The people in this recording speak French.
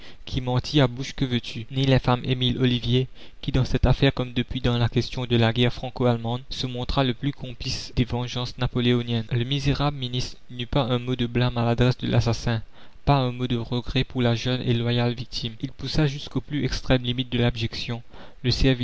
qui mentit à bouche que veux-tu ni l'infâme emile ollivier qui dans cette affaire comme depuis dans la question de la guerre franco allemande se montra le plus complice des vengeances napoléoniennes le misérable ministre n'eut pas un mot de blâme à l'adresse de l'assassin pas un mot de regret pour la jeune et loyale victime il poussa jusqu'aux plus extrêmes limites de l'abjection le